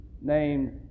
named